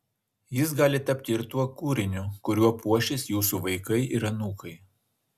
jis gali tapti ir tuo kūriniu kuriuo puošis jūsų vaikai ir anūkai